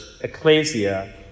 ecclesia